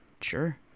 Sure